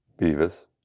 Beavis